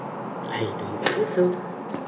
I don't think so